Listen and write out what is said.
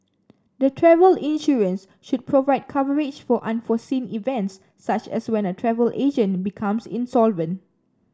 the travel insurance should provide coverage for unforeseen events such as when a travel agent becomes insolvent